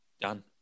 Done